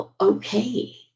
okay